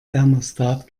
thermostat